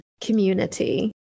community